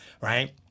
Right